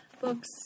books